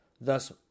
Thus